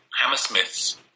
Hammersmith's